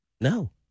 no